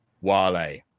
Wale